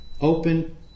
open